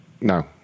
No